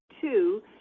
two